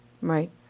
Right